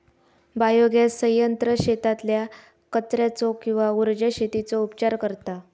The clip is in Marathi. बायोगॅस संयंत्र शेतातल्या कचर्याचो किंवा उर्जा शेतीचो उपचार करता